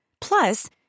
Plus